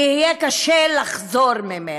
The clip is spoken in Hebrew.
שיהיה קשה לחזור ממנה.